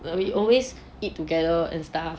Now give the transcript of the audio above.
but we always eat together and stuff